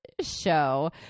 show